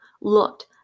looked